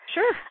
Sure